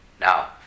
Now